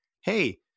hey